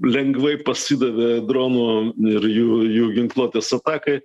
lengvai pasidavė dronų ir jų jų ginkluotės atakai